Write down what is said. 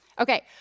Okay